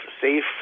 safe